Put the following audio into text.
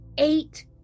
Eight